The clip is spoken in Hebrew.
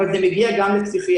אבל זה מגיע גם לפסיכיאטריה.